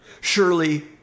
Surely